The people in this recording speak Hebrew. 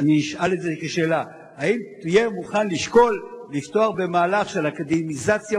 אשאל את זה כשאלה: האם תהיה מוכן לשקול לפתוח במהלך של אקדמיזציה